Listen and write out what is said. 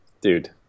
dude